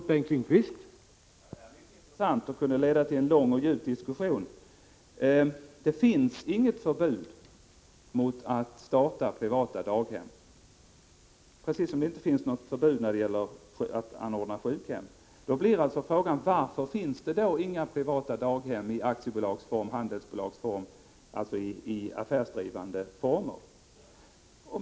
Herr talman! Detta är mycket intressant och kunde leda till en lång och djup diskussion. Det finns inget förbud mot att starta privata daghem, precis som det inte finns något förbud när det gäller att anordna privata sjukhem. Varför finns det då inga privata daghem i aktiebolagsform, i handelsbolagsform, dvs. i affärsdrivande former?